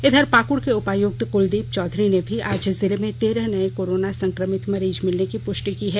इधर पाकुड़ के उपायुक्त कुलदीप चौधरी ने भी आज जिले में तेरह नये कोरोना संक्रमित मरीज मिलने की पुष्टि की है